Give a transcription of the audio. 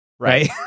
Right